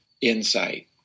insight